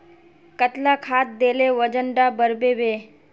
कतला खाद देले वजन डा बढ़बे बे?